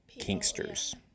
kinksters